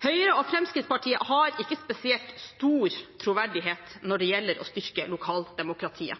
Høyre og Fremskrittspartiet har ikke spesielt stor troverdighet når det